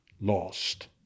lost